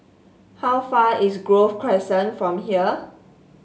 how far is Grove Crescent from here